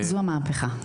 זו המהפכה.